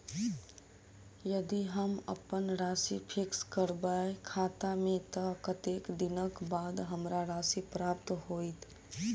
यदि हम अप्पन राशि फिक्स करबै खाता मे तऽ कत्तेक दिनक बाद हमरा राशि प्राप्त होइत?